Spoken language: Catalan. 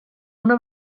una